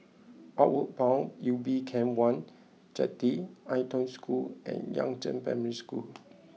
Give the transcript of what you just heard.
outward Bound Ubin Camp one Jetty Ai Tong School and Yangzheng Primary School